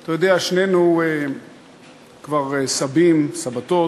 אתה יודע, שנינו כבר סבים, סבתות,